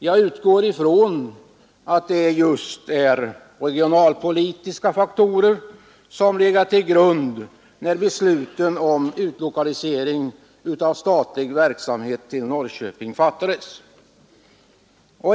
Jag utgår ifrån att det just är regionalpolitiska faktorer som legat till grund när besluten om utlokalisering av statlig verksamhet till Norrköping fattats.